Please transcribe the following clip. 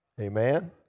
amen